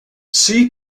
see